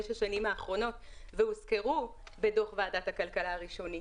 השנים האחרונות והוזכרו בדוח ועדת הכלכלה הראשוני.